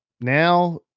now